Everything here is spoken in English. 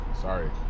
Sorry